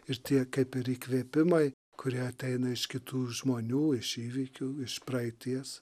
ir tie kaip ir įkvėpimai kurie ateina iš kitų žmonių iš įvykių iš praeities